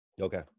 okay